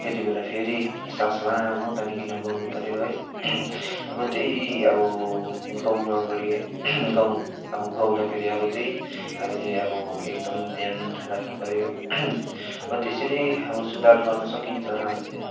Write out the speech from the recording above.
त्यति बेला फेरि सास लामो तानिकन गाउनु पऱ्यो है अब त्यही अब गाउनु अगाडि गाउँ अब गाउँदाखेरि अब त्यही हामीले अब एकदम ध्यान राख्नु पऱ्यो अब त्यसरी अब सुधार गर्नु सकिन्छ हामीले